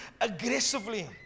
aggressively